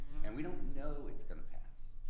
and we don't know it's gonna pass.